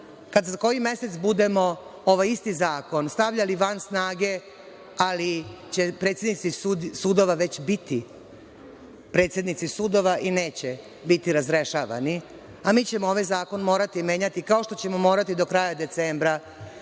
kada za koji mesec budemo ovaj isti zakon stavljali van snage, ali će predsednici sudova već biti predsednici sudova i neće biti razrešavani? Mi ćemo ovaj zakon morati menjati, kao što ćemo morati do kraja decembra